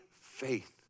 faith